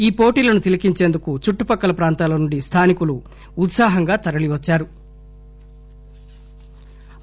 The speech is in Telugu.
ఈ పోటీలను తిలకించేందుకు చుట్టుపక్కల ప్రాంతాల నుండి స్థానికులు ఉత్పాహంగా తరలివచ్చారు